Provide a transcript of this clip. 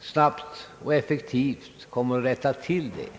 snabbt och effektivt kommer att rätta till det.